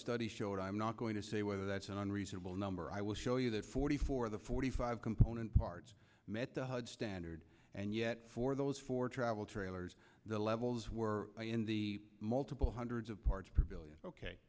study showed i'm not going to say whether that's an unreasonable number i will show you that forty four of the forty five component parts standard and yet for those four travel trailers the levels were in the multiple hundreds of